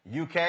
uk